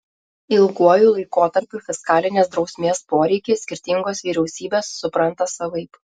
ilguoju laikotarpiu fiskalinės drausmės poreikį skirtingos vyriausybės supranta savaip